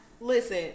Listen